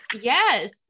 yes